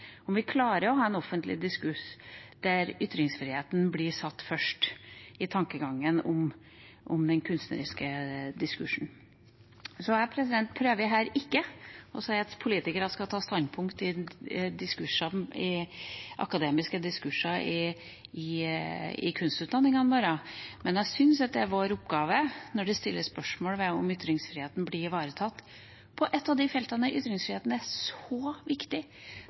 klarer å ha en offentlig diskurs der ytringsfriheten blir satt først i tankegangen om den kunstneriske diskursen. Jeg prøver ikke å si at politikere skal ta standpunkt i akademiske diskurser i kunstutdanningene våre, men jeg syns det er vår oppgave, når det stilles spørsmål om ytringsfriheten blir ivaretatt på et av feltene hvor ytringsfriheten er så viktig